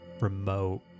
remote